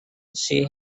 she